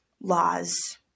laws